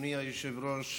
אדוני היושב-ראש,